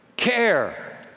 Care